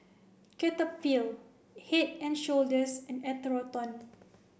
Cetaphil Head and Shoulders and Atherton